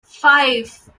five